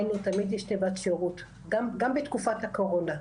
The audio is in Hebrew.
תמיד יש תיבת שירות, גם בתקופת הקורונה.